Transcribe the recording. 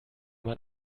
man